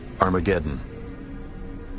Armageddon